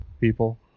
people